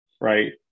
right